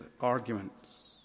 arguments